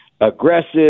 aggressive